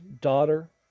daughter